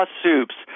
soups